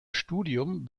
studium